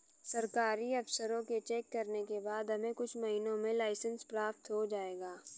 सरकारी अफसरों के चेक करने के बाद हमें कुछ महीनों में लाइसेंस प्राप्त हो जाएगा